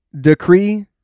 decree